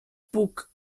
puc